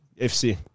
FC